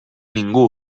ningú